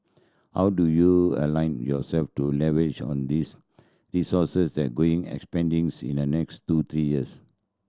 how do you align yourself to leverage on this resource that going expanding in the next two three years